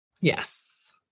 Yes